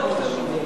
מאוד פשוט.